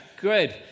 good